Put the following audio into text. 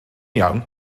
iawn